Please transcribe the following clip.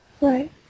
Right